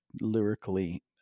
lyrically